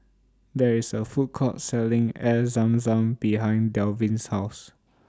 There IS A Food Court Selling Air Zam Zam behind Delvin's House